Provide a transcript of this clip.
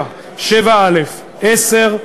7, 7א, 10,